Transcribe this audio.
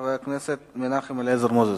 חבר הכנסת מנחם אליעזר מוזס.